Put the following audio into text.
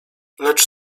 lecz